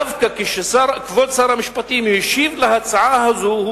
דווקא כשכבוד שר המשפטים השיב על ההצעה הזאת,